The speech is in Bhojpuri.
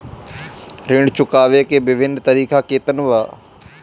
ऋण चुकावे के विभिन्न तरीका केतना बा?